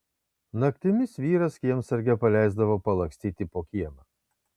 naktimis vyras kiemsargę paleisdavo palakstyti po kiemą